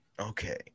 okay